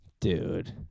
Dude